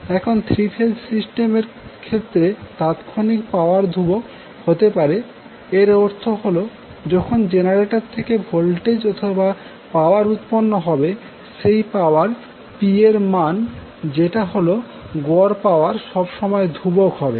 এখন 3 phase system এর ক্ষেত্রে তাৎক্ষণিক পাওয়ার ধ্রুবক হতে পারে এর অর্থ হলো যখন জেনারেটর থেকে ভোল্টেজ অথবা পাওয়ার উৎপন্ন হবে সেই পাওয়ার P এর মান যেটা হলো গড় পাওয়ার সবসময় ধ্রুবক হবে